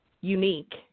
unique